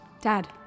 Dad